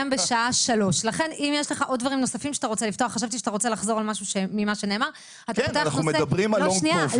בשעה שלוש ושתי דקות --- סליחה, אתה מביא פייק.